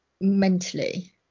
mentally